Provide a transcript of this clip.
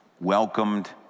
welcomed